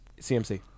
CMC